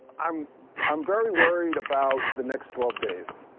i'm i'm very worried about the next twelve days.